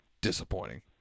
disappointing